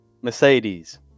Mercedes